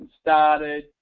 started